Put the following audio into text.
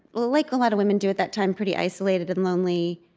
like a lot of women do at that time, pretty isolated and lonely,